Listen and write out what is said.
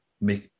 make